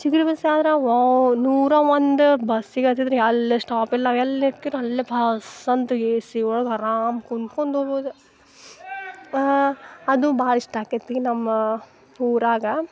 ಚಿಗರಿ bus ಆದ್ರೆ ಓ ನೂರ ಒಂದು ಬಸ್ ಸಿಗೋಕಿದ್ರೆ ಎಲ್ಲಿ ಸ್ಟಾಪ್ ಇಲ್ಲ ಎಲ್ಲಿ ನಿಂತಿರು ಅಲ್ಲಿಯೇ ಪಸ್ ಅಂತ ಎ ಸಿ ಒಳಗೆ ಅರಾಮ ಕುಂದ್ಕೊಂಡು ಹೋಬೋದ್ ಅದು ಭಾಳ್ ಇಷ್ಟ ಆಕೈತಿ ನಮ್ಮ ಊರಾಗ